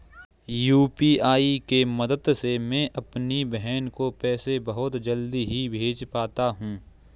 UPI के मदद से मैं अपनी बहन को पैसे बहुत जल्दी ही भेज पाता हूं